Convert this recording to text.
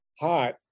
hot